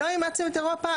לא אימצתם את אירופה?